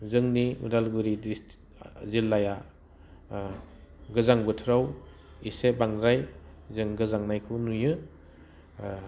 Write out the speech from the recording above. जोंनि उदालगुरि जिल्लाया गोजां बोथोराव एसे बांद्राय जों गोजांनायखौ नुयो